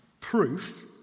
proof